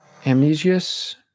Amnesius